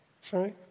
Sorry